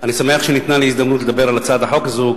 אני שמח שניתנה לי הזדמנות לדבר על הצעת החוק הזאת,